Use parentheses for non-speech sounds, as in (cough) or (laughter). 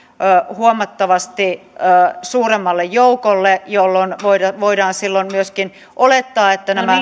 huomattavasti suuremmalle joukolle jolloin voidaan voidaan myöskin olettaa että nämä (unintelligible)